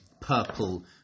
purple